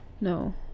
No